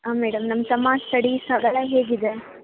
ಆಂ madam ನಮ್ಮ ತಮ್ಮ studies ಅದೆಲ್ಲಾ ಹೇಗಿದೆ